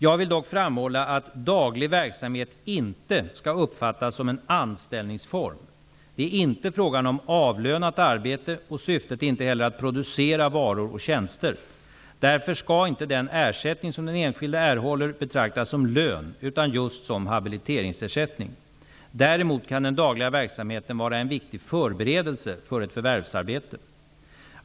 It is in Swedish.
Jag vill dock framhålla att daglig verksamhet inte skall uppfattas som en anställningsform. Det är inte frågan om avlönat arbete, och syftet är inte heller att producera varor och tjänster. Därför skall inte den ersättning som den enskilde erhåller betraktas som lön utan just som habiliteringsersättning. Däremot kan den dagliga verksamheten vara en viktig förberedelse för ett förvärvsarbete.